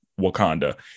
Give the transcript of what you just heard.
wakanda